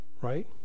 Right